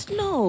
no